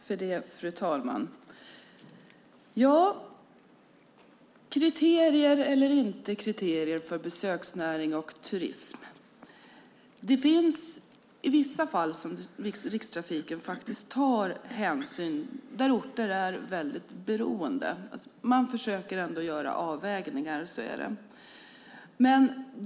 Fru talman! Kriterier eller inte kriterier för besöksnäring och turism är frågan. I vissa fall tar Rikstrafiken faktiskt hänsyn. Det gäller orter som är väldigt beroende. De försöker trots allt göra avvägningar.